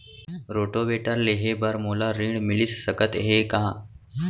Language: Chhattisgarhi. रोटोवेटर लेहे बर मोला ऋण मिलिस सकत हे का?